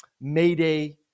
mayday